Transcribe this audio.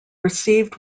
received